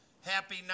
happy